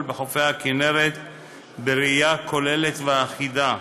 בחופי הכינרת בראייה כוללת ואחידה,